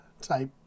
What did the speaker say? type